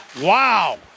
Wow